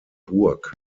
burg